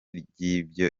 ry’ibyo